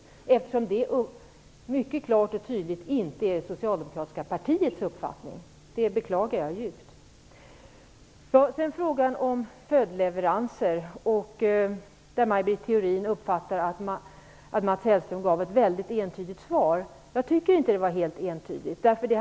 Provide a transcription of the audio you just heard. Det är ju mycket klart och tydligt att det inte är det socialdemokratiska partiets uppfattning. Detta beklagar jag djupt. Så till frågan om följdleveranser. Maj Britt Theorin uppfattar att Mats Hellström gav ett väldigt entydigt svar. Men jag tycker inte att svaret var helt entydigt.